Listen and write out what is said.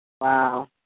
Wow